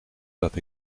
dat